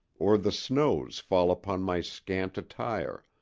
or the snows fall upon my scant attire,